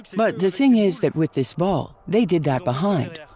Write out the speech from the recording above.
but the thing is that with this ball, they did that behind.